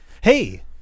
Hey